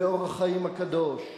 ו"אור החיים" הקדוש,